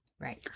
Right